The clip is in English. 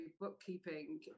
bookkeeping